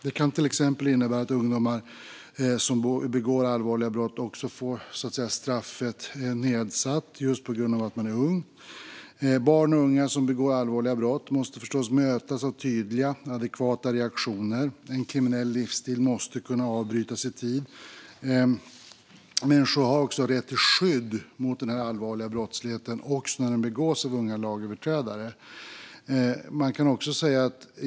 Det kan till exempel innebära att ungdomar som begår allvarliga brott också får straffet nedsatt just på grund av att de är unga. Barn och unga som begår allvarliga brott måste förstås mötas av tydliga och adekvata reaktioner, och en kriminell livsstil måste kunna avbrytas i tid. Människor har också rätt till skydd mot allvarlig brottslighet, också när den begås av unga lagöverträdare.